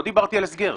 לא דיברתי על הסגר.